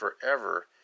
forever